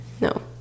no